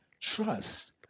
trust